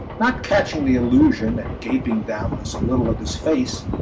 not catching the allusion and gaping doubtless a little at his face,